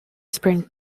spring